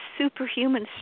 superhuman